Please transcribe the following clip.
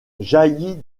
jaillit